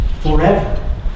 forever